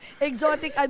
Exotic